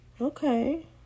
Okay